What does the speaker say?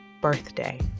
birthday